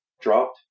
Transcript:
dropped